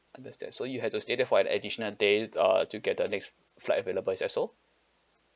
understand so you had to stay there for an additional day uh to get the next flight available is that so